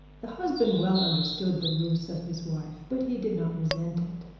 the husband well understood the rule of his wife, but he did not resent it.